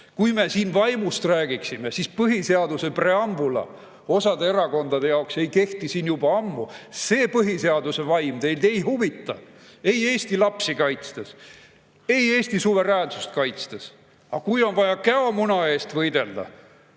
Kui me siin vaimust räägiksime, siis põhiseaduse preambul osa erakondade jaoks ei kehti siin juba ammu. Põhiseaduse vaim teid ei huvita ei eesti lapsi kaitstes, ei Eesti suveräänsust kaitstes, aga kui on vaja käomuna eest võidelda